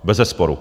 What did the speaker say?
Bezesporu.